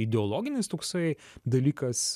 ideologinis toksai dalykas